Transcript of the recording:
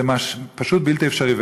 זה פשוט בלתי אפשרי.